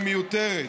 היא מיותרת.